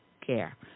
care